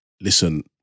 listen